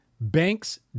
Banks